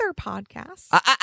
podcasts